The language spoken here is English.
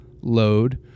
load